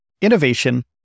innovation